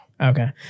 Okay